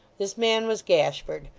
this man was gashford,